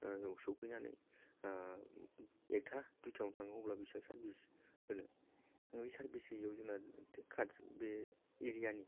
सौफैनानै एकथा दुइथायावनो थांनांगौब्ला बिसिबां सारबिस होनो बे सारबिस होयैयाव जोंना बे एरिया नि